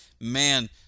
Man